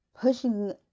pushing